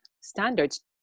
standards